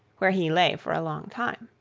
where he lay for a long time.